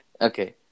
Okay